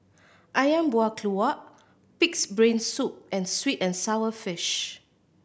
Ayam Buah Keluak Pig's Brain Soup and sweet and sour fish